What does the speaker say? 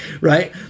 right